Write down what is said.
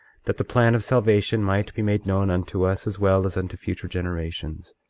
that the plan of salvation might be made known unto us as well as unto future generations.